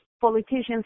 politicians